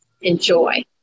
enjoy